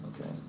Okay